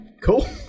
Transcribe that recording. cool